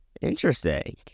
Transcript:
Interesting